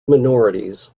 minorities